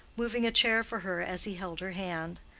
moving a chair for her as he held her hand,